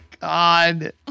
God